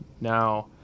now